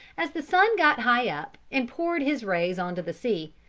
as the sun got high up, and poured his rays on to the sea,